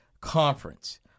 conference